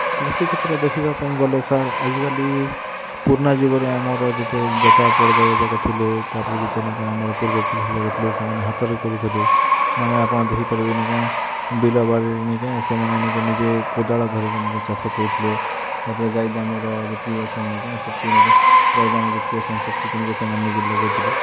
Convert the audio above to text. କୃଷିକ୍ଷେତ୍ର ଦେଖିବା ପାଇଁ ଗଲେ ସାର୍ ଆଜିକାଲି ପୁର୍ନା ଯୁଗରେ ଆମର ଯେତେ ଦାଦା ପର୍ଦାଦାଯାକ ଥିଲେ ତାପରେ ଯେତେ ନେଇଁକେଁ ଆମର୍ ପୂର୍ବପୁରୁଷଯାକ ଥିଲେ ସେମାନେ ହାତରେ କରୁଥିଲେ ମାନେ ଆପଣ ଦେଖିପାରିବେ ନେଇକେଁ ବିଲବାଡ଼ିରେ ନେଇକେଁ ସେମାନେ ନେଇକେଁ ସେମାନେ ନେଇକେଁ କୋଦାଳ ଧରିକି ନେଇକେଁ ଚାଷ କରୁଥିଲେ ତାପରେ ଗାଈ ଦାମୁର ଯେତ୍କି ଅଛନ୍ ନେଇକେଁ ସେତ୍କି ନେଇକେଁ ଗାଈ ଦାମୁର୍ ଯେତ୍କି ଅଛନ୍ ସେତ୍କିକେ ନେଇକେଁ ସେମାନେ ନେଇକି ଲଗଉଥିଲେ